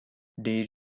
they